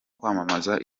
kwamamaza